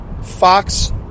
Fox